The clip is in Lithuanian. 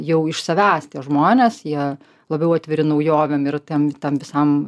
jau iš savęs tie žmonės jie labiau atviri naujovėm ir tiem tam visam